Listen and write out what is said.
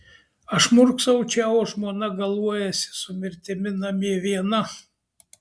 aš murksau čia o žmona galuojasi su mirtimi namie viena